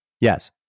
yes